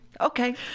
Okay